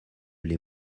les